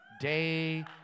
day